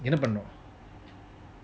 என்ன பண்ணனும்:enna pannanum